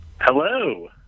Hello